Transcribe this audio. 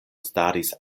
staris